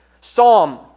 Psalm